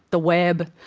the web,